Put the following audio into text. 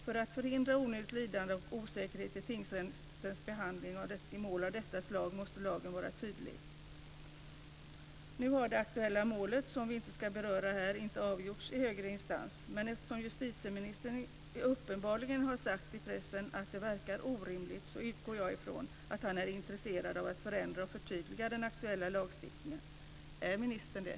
För att man ska förhindra onödigt lidande och osäkerhet i tingsrättens behandling i mål av detta slag måste lagen vara tydlig. Nu har det aktuella målet, som vi inte ska beröra här, ännu inte avgjorts i högre instans. Men eftersom justitieministern har sagt i pressen att det verkar orimligt utgår jag ifrån att han är intresserad av att förändra och förtydliga den aktuella lagstiftningen. Är ministern det?